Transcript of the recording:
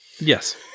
Yes